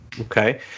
Okay